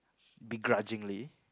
begrudgingly